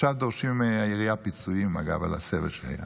ועכשיו דורשים מהעירייה פיצויים על הסבל שהיה,